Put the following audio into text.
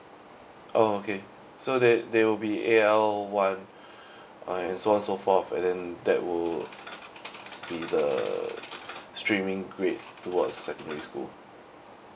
oh okay so there there will be A_L one ah and so on so forth and then that will be the streaming grade towards secondary school